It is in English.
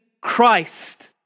Christ